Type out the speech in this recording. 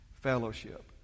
Fellowship